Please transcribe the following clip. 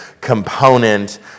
component